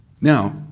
Now